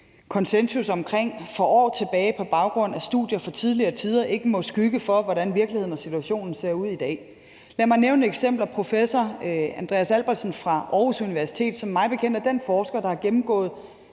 konsensus om for år tilbage på baggrund af studier fra tidligere tider, ikke må skygge for, hvordan virkeligheden og situationen ser ud i dag. Lad mig nævne som eksempel, at professor Andreas Albertsen fra Aarhus Universitet, der som mig bekendt er den forsker, der har gennemgået